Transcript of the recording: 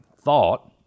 thought